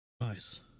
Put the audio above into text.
nice